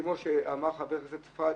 כמו שאמר חבר הכנסת פריג',